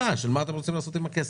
מן ההכנסות.